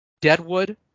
Deadwood